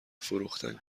فروختن